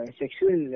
sexual